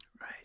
Right